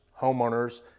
homeowners